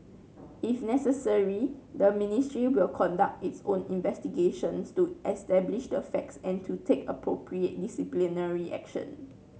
if necessary the ministry will conduct its own investigations to establish the facts and to take appropriate disciplinary action